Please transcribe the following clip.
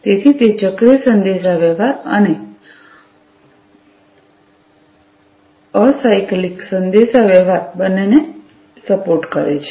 તેથી તે ચક્રીય સંદેશાવ્યવહાર અને અસાયક્લિક સંદેશાવ્યવહાર બંનેને સપોર્ટ કરે છે